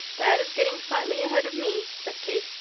that is getting slightly ahead of me, said kate.